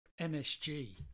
MSG